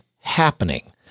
happening